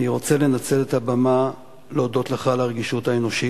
אני רוצה לנצל את הבמה ולהודות לך על הרגישות האנושית,